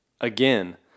again